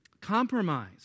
compromise